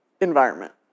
environment